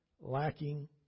lacking